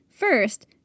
First